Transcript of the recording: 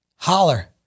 holler